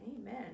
Amen